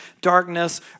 darkness